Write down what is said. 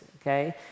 okay